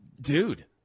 Dude